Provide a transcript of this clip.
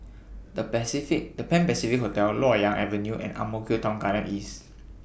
The Pacific The Pan Pacific Hotel Loyang Avenue and Ang Mo Kio Town Garden East